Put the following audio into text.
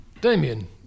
Damien